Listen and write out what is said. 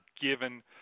given